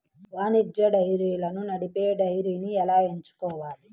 వాణిజ్య డైరీలను నడిపే డైరీని ఎలా ఎంచుకోవాలి?